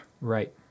Right